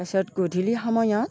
তাৰ পিছত গধূলি সময়ত